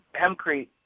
Hempcrete